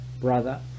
brother